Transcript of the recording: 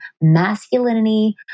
masculinity